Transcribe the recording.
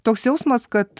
toks jausmas kad